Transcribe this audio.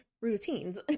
routines